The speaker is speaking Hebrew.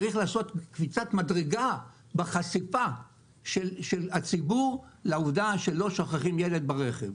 צריך לעשות קפיצת מדרגה בחשיפה של הציבור לעובדה שלא שוכחים ילד ברכב.